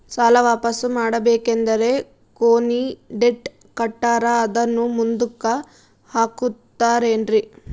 ಸಾಲ ವಾಪಾಸ್ಸು ಮಾಡಬೇಕಂದರೆ ಕೊನಿ ಡೇಟ್ ಕೊಟ್ಟಾರ ಅದನ್ನು ಮುಂದುಕ್ಕ ಹಾಕುತ್ತಾರೇನ್ರಿ?